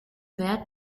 wert